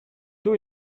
two